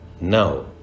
Now